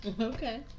Okay